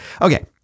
Okay